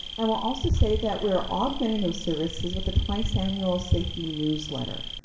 and we'll also say that we're augmenting those services with a twice-annual safety newsletter.